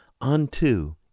unto